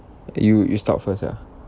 you you start first ah